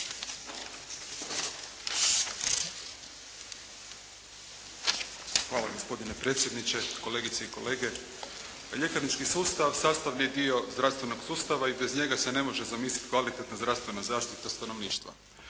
Hvala gospodine predsjedniče, kolegice i kolege. Pa ljekarnički sustav sastavni dio zdravstvenog sustava i bez njega se ne može zamisliti kvalitetna zdravstvena zaštita stanovništva.